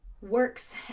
works